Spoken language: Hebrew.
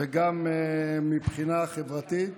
וגם מבחינה חברתית,